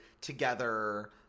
together